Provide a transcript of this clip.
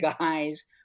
guys